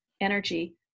energy